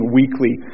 weekly